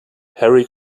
harry